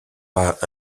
pas